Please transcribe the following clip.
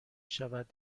شود